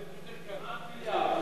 כמעט מיליארד.